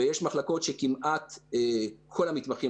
ברובן המוחלט של המחלקות כמעט כל המתמחים